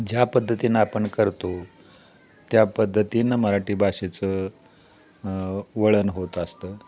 ज्या पद्धतीनं आपण करतो त्या पद्धतीनं मराठी भाषेचं वळण होत असतं